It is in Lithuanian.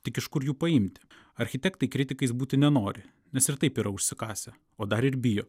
tik iš kur jų paimti architektai kritikais būti nenori nes ir taip yra užsikasę o dar ir bijo